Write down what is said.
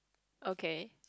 okay